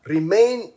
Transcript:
Remain